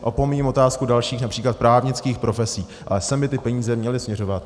Opomíjím otázku dalších, například právnických profesí, ale sem by ty peníze měly směřovat.